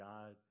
God